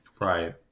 Right